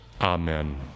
Amen